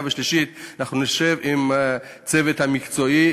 ושלישית אנחנו נשב עם הצוות המקצועי,